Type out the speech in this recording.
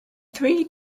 three